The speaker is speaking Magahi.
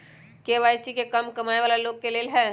के.वाई.सी का कम कमाये वाला लोग के लेल है?